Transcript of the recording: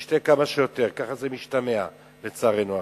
תשתה כמה שיותר, ככה זה משתמע, לצערנו הרב.